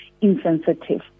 insensitive